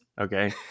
Okay